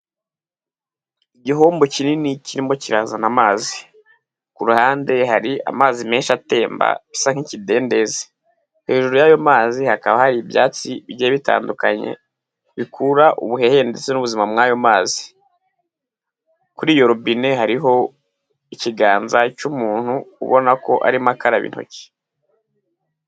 Igihombo kinini kirimo kirazana amazi, ku ruhande hari amazi menshi atemba asa nk'ikidendezi, hejuru ya ay'amazi hakaba hari ibyatsi bi bitandukanye bikura ubuhehe ndetse n'ubuzima bw'ayo mazi kuri yorobine hariho ikiganza cy'umuntu ubona ko arimo akaraba intoki.